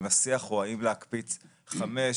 אם השיח הוא האם להקפיץ חמישה,